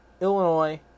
Illinois